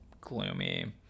gloomy